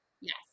Yes